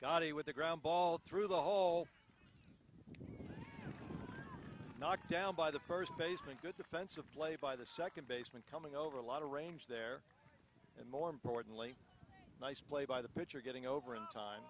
god with the ground ball through the hole knocked down by the first baseman good defensive play by the second baseman coming over a lot of range there and more importantly nice play by the pitcher getting over in time